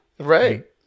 Right